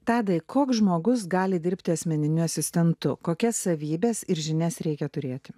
tadai koks žmogus gali dirbti asmeniniu asistentu kokias savybes ir žinias reikia turėti